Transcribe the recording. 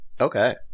Okay